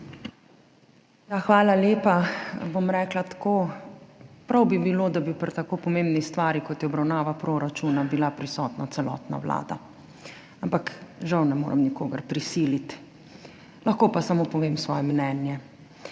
Hvala lepa. Rekla bom tako. Prav bi bilo, da bi bila pri tako pomembni stvari, kot je obravnava proračuna, prisotna celotna vlada, ampak žal ne morem nikogar prisiliti, lahko pa samo povem svoje mnenje.